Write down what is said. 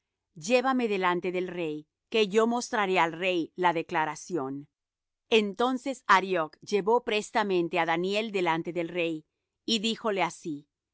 llévame delante del rey que yo mostraré al rey la declaración entonces arioch llevó prestamente á daniel delante del rey y díjole así un